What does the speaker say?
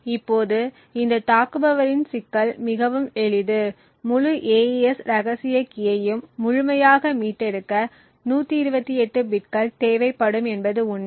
இப்போது இந்த தாக்குபவரின் சிக்கல் மிகவும் எளிது முழு AES ரகசிய கீயையும் முழுமையாக மீட்டெடுக்க 128 பிட்கள் தேவைப்படும் என்பது உண்மை